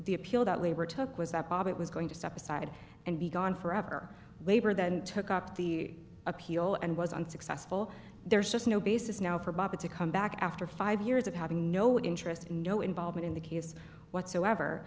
the appeal that labor took was that bob it was going to step aside and be gone forever labor that took up the appeal and was unsuccessful there's just no basis now for bobby to come back after five years of having no interest no involvement in the case whatsoever